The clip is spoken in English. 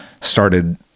started